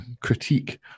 critique